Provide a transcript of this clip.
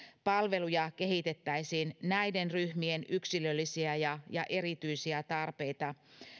palveluja kehitettäisiin näiden ryhmien yksilöllisiä ja ja erityisiä tarpeita